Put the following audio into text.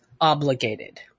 obligated